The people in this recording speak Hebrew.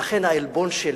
ולכן העלבון שלי,